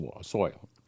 soil